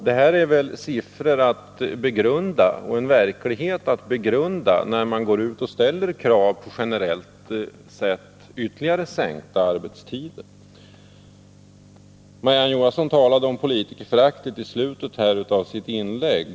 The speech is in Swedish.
Det här är siffror och en verklighet som skall begrundas när man går ut och ställer krav på generellt sett ytterligare sänkta arbetstider. Marie-Ann Johansson talade om politikerförakt i slutet av sitt inlägg.